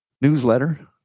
newsletter